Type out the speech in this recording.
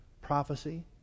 prophecy